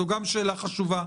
זו גם שאלה חשובה.